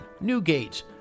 Newgate